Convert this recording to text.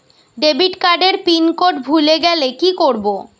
Debit card এর pin code ভুলে গেলে কি করব?